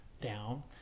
down